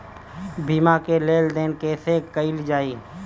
बीमा के लेल आवेदन कैसे कयील जाइ?